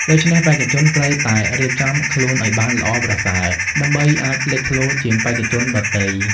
ដូច្នេះ បេក្ខជនត្រូវតែរៀបចំខ្លួនឲ្យបានល្អប្រសើរ ដើម្បីអាចលេចធ្លោជាងបេក្ខជនដទៃ។